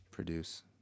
produce